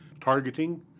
targeting